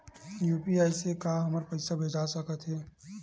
UPI से का हमर पईसा भेजा सकत हे?